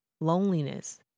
loneliness